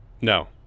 No